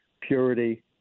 purity